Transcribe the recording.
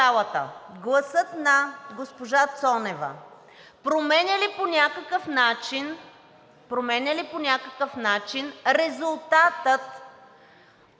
гласът на госпожа Цонева променя ли по някакъв начин резултата от